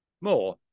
More